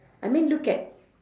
I mean look at